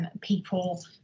people